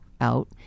out